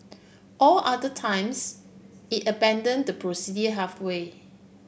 all other times it abandon the procedure halfway